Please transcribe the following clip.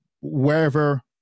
wherever